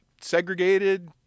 Segregated